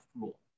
rule